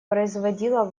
производило